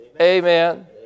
Amen